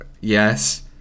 yes